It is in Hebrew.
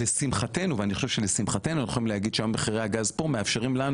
לשמחתנו אנחנו יכולים להגיד שמחירי הגז פה מאפשרים לנו,